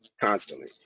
constantly